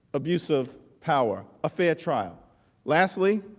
abuse of power a fair trial leslie